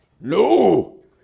No